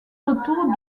retours